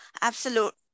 absolute